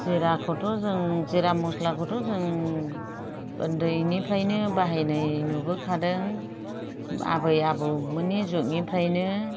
जिराखौथ' जों जिरा मस्लाखौथ' जों उन्दैनिफ्रायनो बाहायनाय नुबोखादों आबै आबौ मोननि जुगनिफ्रायनोय